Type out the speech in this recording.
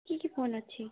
କି କି ଫୋନ୍ ଅଛି